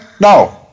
No